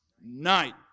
night